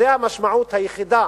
זו המשמעות היחידה